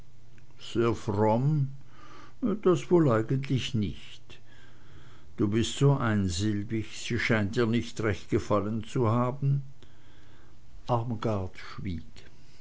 sehr fromm das wohl eigentlich nicht du bist so einsilbig sie scheint dir nicht recht gefallen zu haben